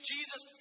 Jesus